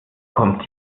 kommt